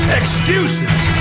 excuses